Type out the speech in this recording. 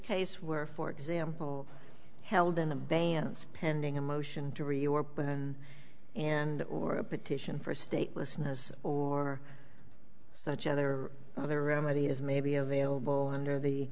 case were for example held in abeyance pending a motion to reopen and or a petition for statelessness or such other other remedy is maybe available under the